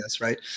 Right